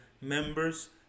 members